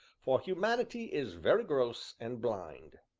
for humanity is very gross and blind.